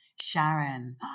Sharon